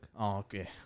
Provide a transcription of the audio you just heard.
Okay